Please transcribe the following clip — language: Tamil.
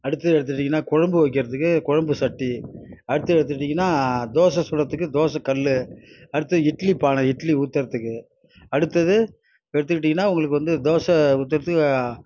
அடுத்தது எடுத்துக்கிட்டிங்கனா குழம்பு வைக்கிறதுக்கு குழம்பு சட்டி அடுத்து எடுத்துக்கிட்டிங்கனா தோசை சுடுறதுக்கு தோசை கல் அடுத்து இட்லி பானை இட்லி ஊற்றுறத்துக்கு அடுத்தது எடுத்துக்கிட்டிங்கனா உங்களுக்கு வந்து தோசை ஊற்றுறதுக்கு